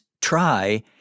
try